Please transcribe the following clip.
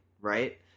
Right